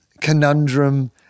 conundrum